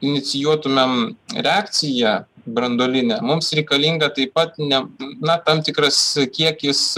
inicijuotumėm reakciją branduolinę mums reikalinga taip pat ne na tam tikras kiekis